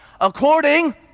according